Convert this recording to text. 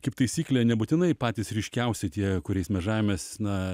kaip taisyklė nebūtinai patys ryškiausi tie kuriais mes žavimės na